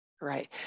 Right